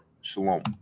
Shalom